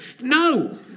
No